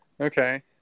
Okay